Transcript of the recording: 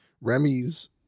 Remy's